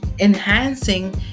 Enhancing